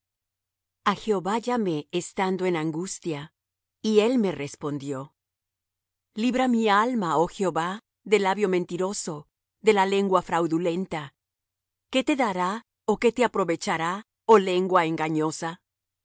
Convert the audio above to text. a jehova llamé estando en angustia y él me respondió libra mi alma oh jehová de labio mentiroso de la lengua fraudulenta qué te dará ó qué te aprovechará oh lengua engañosa